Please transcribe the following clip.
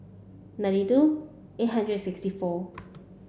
ninety two eight hundred and sixty four